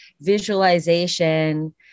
visualization